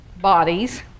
bodies